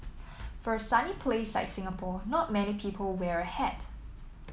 for sunny place like Singapore not many people wear a hat